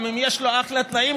גם אם יש לו אחלה תנאים,